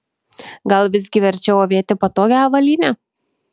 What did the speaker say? gal visgi verčiau avėti patogią avalynę